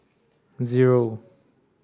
zero